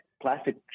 plastic